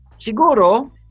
siguro